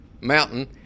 mountain